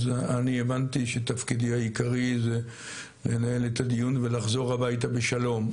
אז אני הבנתי שתפקידי העיקרי זה לנהל את הדיון ולחזור הביתה בשלום,